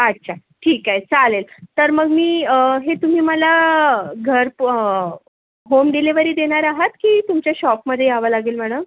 अच्छा ठीक आहे चालेल तर मग मी हे तुम्ही मला घर पो होम डिलीवरी देणार आहात की तुमच्या शॉपमध्ये यावं लागेल मला